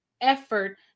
effort